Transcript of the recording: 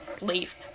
Leave